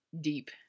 deep